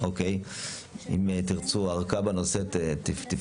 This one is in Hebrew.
אם תרצו ארכה בנושא תפנו.